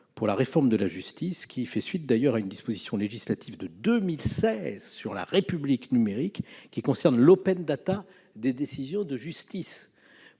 et de réforme pour la justice, qui fait suite d'ailleurs à une disposition législative de 2016 sur la République numérique, qui concerne l'open data des décisions de justice.